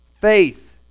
faith